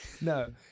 No